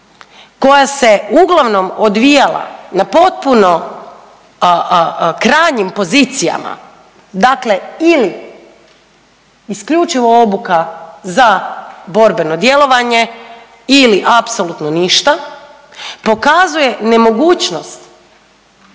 koja se uglavnom odvijala na potpuno krajnjim pozicijama dakle ili isključivo obuka za borbeno djelovanje ili apsolutno ništa pokazuje nemogućnost